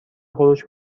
خروج